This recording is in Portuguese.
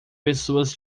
pessoas